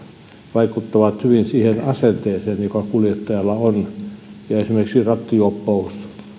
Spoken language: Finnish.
vaikuttavat hyvin siihen asenteeseen joka kuljettajalla on esimerkiksi rattijuoppous